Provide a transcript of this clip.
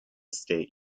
state